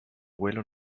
vuelo